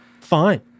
fine